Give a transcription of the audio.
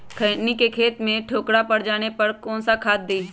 खैनी के खेत में ठोकरा पर जाने पर कौन सा खाद दी?